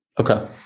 Okay